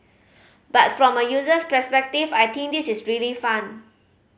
but from a user's perspective I think this is really fun